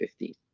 15